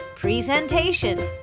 presentation